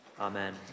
Amen